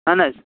اہن حظ